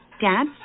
Dad